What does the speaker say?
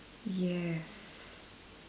yes